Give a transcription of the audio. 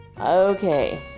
okay